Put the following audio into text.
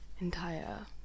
entire